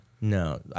No